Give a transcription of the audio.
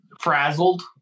frazzled